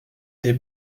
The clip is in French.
des